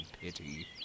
pity